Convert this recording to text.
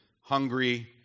hungry